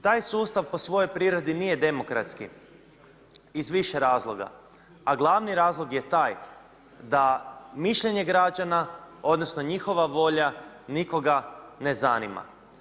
Taj sustav po svojoj prirodi nije demokratski, iz više razloga, a glavi razlog je taj da mišljenje građana odnosno njihova volja nikoga ne zanima.